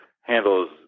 handles